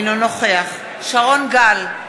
אינו נוכח שרון גל,